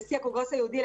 לנשיא הקונגרס היהודי,